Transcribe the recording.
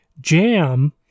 Jam